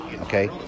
Okay